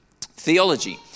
theology